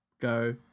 go